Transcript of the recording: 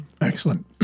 excellent